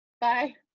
Bye